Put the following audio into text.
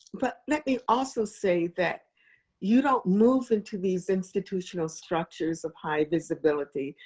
but let me also say that you don't move into these institutional structures of high visibility.